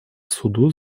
суду